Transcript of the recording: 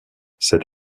c’est